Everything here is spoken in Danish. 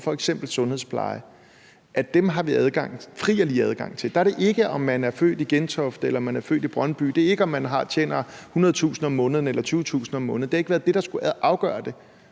f.eks. sundhedspleje har vi fri og lige adgang til. Der afhænger det ikke af, om man er født i Gentofte eller man er født i Brøndby. Det er ikke, om man tjener 100.000 kr. om måneden eller 20.000 kr. om måneden. Det har ikke været det, der skulle afgøre det,